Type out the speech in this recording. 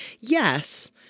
yes